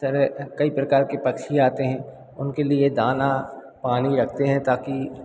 तरह कई प्रकार के पक्षी आते हैं उनके लिए डायना पानी रखते हैं ताकि